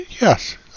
yes